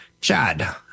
chad